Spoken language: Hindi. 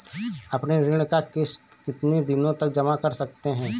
अपनी ऋण का किश्त कितनी दिनों तक जमा कर सकते हैं?